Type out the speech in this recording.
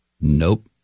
nope